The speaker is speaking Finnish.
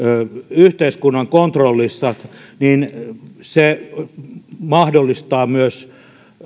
yhteiskunnan kontrollissa se mahdollistaa myös